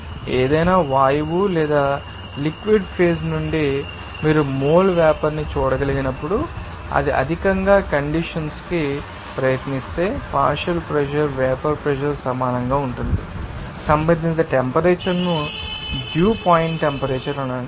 కాబట్టి ఏదైనా వాయువు లేదా లిక్విడ్ ఫేజ్ నుండి మీరు మోల్ వేపర్ ని చూడగలిగినప్పుడు అది అధికంగా కండెన్సషన్ కి ప్రయత్నిస్తే పార్షియల్ ప్రెషర్ వేపర్ ప్రెషర్ సమానంగా ఉంటుంది సంబంధిత టెంపరేచర్ ను డ్యూ పాయింట్ టెంపరేచర్ అని పిలుస్తారు